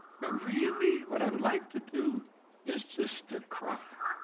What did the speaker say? but really what i would like to do is just to cry